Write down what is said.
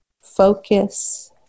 focus